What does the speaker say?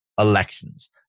elections